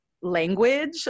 language